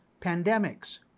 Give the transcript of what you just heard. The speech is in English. pandemics